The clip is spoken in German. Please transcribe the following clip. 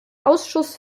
ausschuss